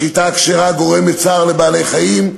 השחיטה הכשרה גורמת צער לבעלי-חיים,